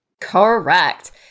Correct